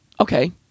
Okay